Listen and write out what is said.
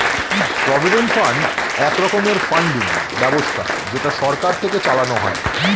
provident fund এক রকমের funding ব্যবস্থা যেটা সরকার থেকে চালানো হয়